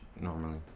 normally